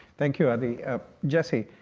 thank you, adhi. jesse,